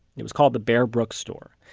it was called the bear brook store.